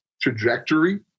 trajectory